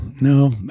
No